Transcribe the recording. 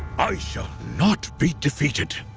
i shall not be defeated!